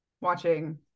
watching